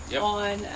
on